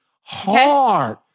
hard